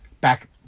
back